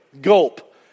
gulp